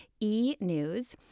e-news